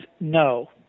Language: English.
no